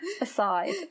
aside